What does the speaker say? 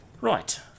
right